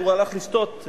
הוא הלך לשתות.